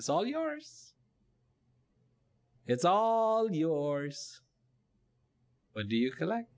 it's all yours it's all yours or do you collect